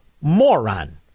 moron